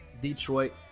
Detroit